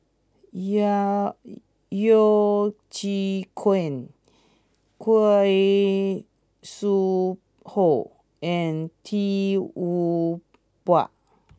ya Yeo Chee Kiong Khoo Sui Hoe and Tee Tua Ba